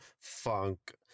funk